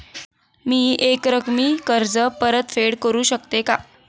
मी एकरकमी कर्ज परतफेड करू शकते का?